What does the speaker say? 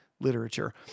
literature